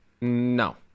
No